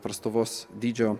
prastovos dydžio